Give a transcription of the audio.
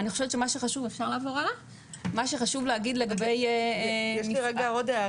אני חושבת שמה שחשוב להגיד לגבי -- מיכל שיר